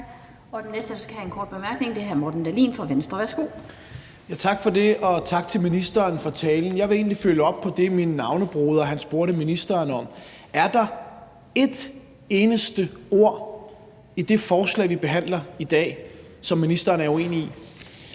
Og den næste for en kort bemærkning er hr. Morten Dahlin fra Venstre. Værsgo. Kl. 15:43 Morten Dahlin (V): Tak for det. Og tak til ministeren for talen. Jeg vil egentlig følge op på det, min navnebroder spurgte ministeren om: Er der et eneste ord i det forslag, vi behandler i dag, som ministeren er uenig